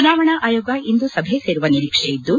ಚುನಾವಣಾ ಆಯೋಗ ಇಂದು ಸಭೆ ಸೇರುವ ನಿರೀಕ್ಷೆ ಇದ್ದು